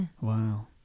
Wow